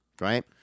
Right